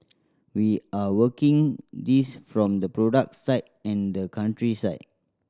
we are working this from the product side and the country side